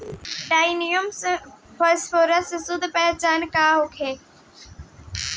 Di ammonium phosphate के शुद्ध पहचान का होखे?